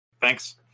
Thanks